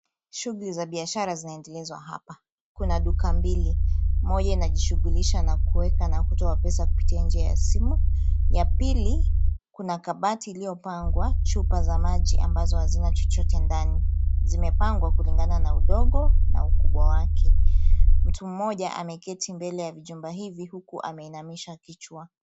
Shughuli za biashara zinaendelezwa hapa. Kuna duka mbili, moja inajishughulisha na kuweka na kutoa pesa kupitia njia ya simu, ya pili kuna kabati lililopangwa chupa za maji ambazo hazina chochote ndani. Zimepangwa kulingana na udogo na ukubwa wake. Mtu mmoja ameketi mbele ya vijumba hivi huku ameinamisha kichwa.